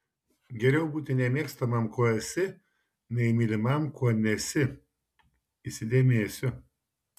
geriau būti nemėgstamam kuo esi nei mylimam kuo nesi įsidėmėsiu